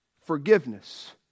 forgiveness